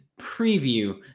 preview